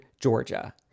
Georgia